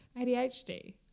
ADHD